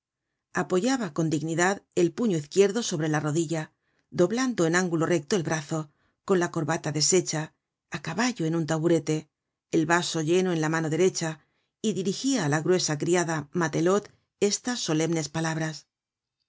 apoyaba con dignidad el puño izquierdo sobre la rodilla doblando en ángulo recto el brazo con la corbata deshecha á caballo en un taburete el vaso lleno en la mano derecha y dirigia á la gruesa criada matelote estas solemnes palabras